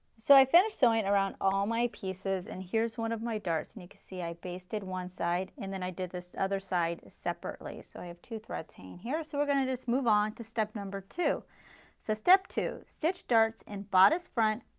so, i've finished sewing around all my pieces and here's one of my darts. and you can see i've baste it one side and then i did this other side separately, so i have two threads hanging here. so we're going to just move on to step number two. so step two, stitch darts in bodice front,